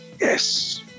yes